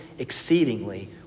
Exceedingly